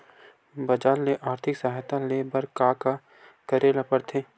बजार ले आर्थिक सहायता ले बर का का करे ल पड़थे?